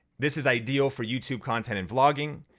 this is ideal for youtube content and vlogging.